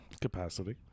capacity